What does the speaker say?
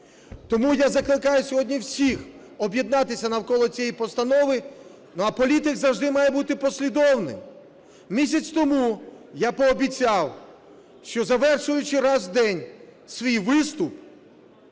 Тому я закликаю сьогодні всіх об'єднатися навколо цієї постанови. А політик завжди має бути послідовний. Місяць тому я пообіцяв, що, завершуючи раз в день свій виступ